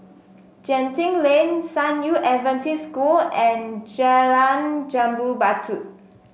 Genting Lane San Yu Adventist School and Jalan Jambu Batu